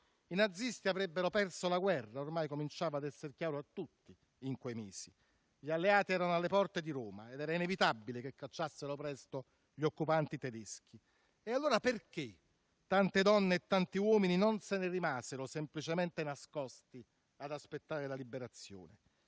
I nazisti avrebbero perso la guerra: ormai cominciava ad essere chiaro a tutti in quei mesi. Gli alleati erano alle porte di Roma ed era inevitabile che cacciassero presto gli occupanti tedeschi. E allora perché tante donne e tanti uomini non se ne rimasero semplicemente nascosti ad aspettare la liberazione?